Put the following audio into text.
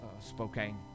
Spokane